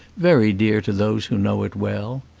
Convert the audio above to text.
very dear to those who know it well.